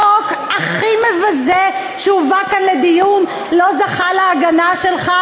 החוק הכי מבזה שהובא כאן לדיון לא זכה להגנה שלך,